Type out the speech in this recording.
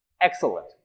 Excellent